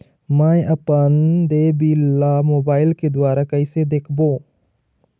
मैं अपन देय बिल ला मोबाइल के द्वारा कइसे देखबों?